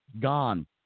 gone